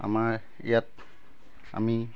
আমাৰ ইয়াত আমি